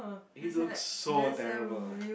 it looks so terrible